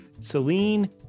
Celine